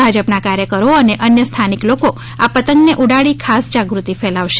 ભાજપના કાર્યકરો અને અન્ય સ્થાનિક લોકો આપતંગને ઉડાડી ખાસ જાગૃતિ ફેલાવશે